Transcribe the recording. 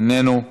איננו,